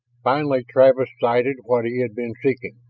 finally travis sighted what he had been seeking,